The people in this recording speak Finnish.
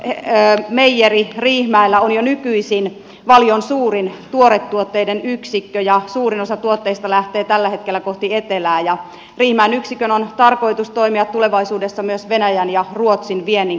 valion meijeri riihimäellä on jo nykyisin valion suurin tuoretuotteiden yksikkö ja suurin osa tuotteista lähtee tällä hetkellä kohti etelää ja riihimäen yksikön on tarkoitus toimia tulevaisuudessa myös venäjän ja ruotsin viennin keskuksena